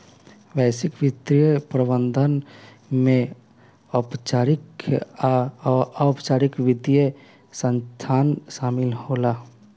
वैश्विक वित्तीय प्रबंधन में औपचारिक आ अनौपचारिक वित्तीय संस्थान शामिल होला